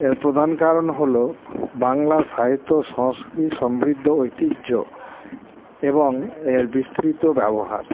এর প্রধান কারণ হলো বাংলা সাহিত্য সংস্কৃতি সমৃদ্ধ ঐতিহ্য এবং এর বিস্তৃত ব্যবহার